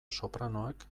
sopranoak